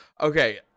Okay